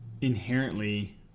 inherently